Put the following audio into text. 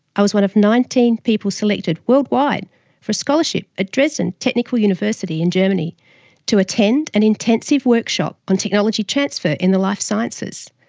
i was one of nineteen people selected worldwide for a scholarship at dresden technical university in germany to attend an intensive workshop on technology transfer in the life sciences.